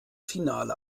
finale